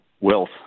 wealth